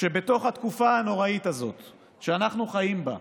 שבתוך התקופה הנוראית הזאת שאנחנו חיים בה,